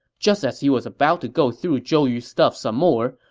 just as he was about to go through zhou yu's stuff some more,